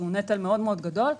והוא נטל מאוד מאוד גדול,